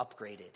upgraded